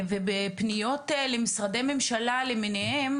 ובפניות למשרדי ממשלה למיניהם,